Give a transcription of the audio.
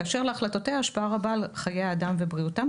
כאשר להחלטותיה השפעה רבה על חיי אדם ובריאותם,